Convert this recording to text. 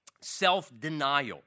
self-denial